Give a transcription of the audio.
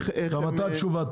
אז מתי התשובה?